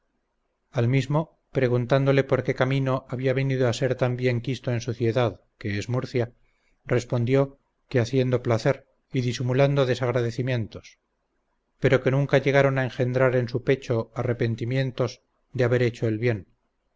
al mismo preguntandole por que camino había venido a ser tan bien quisto en su ciudad que es murcia respondió que haciendo placer y disimulando desagradecimientos pero que nunca llegaron a engendrar en su pecho arrepentimientos de haber hecho el bien